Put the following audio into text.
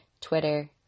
Twitter